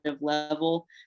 level